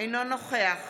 אינו נוכח